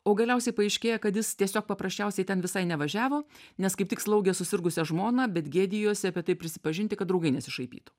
o galiausiai paaiškėja kad jis tiesiog paprasčiausiai ten visai nevažiavo nes kaip tik slaugė susirgusią žmoną bet gėdijosi apie tai prisipažinti kad draugai nesišaipytų